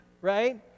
right